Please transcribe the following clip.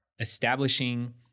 establishing